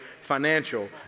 financial